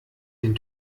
den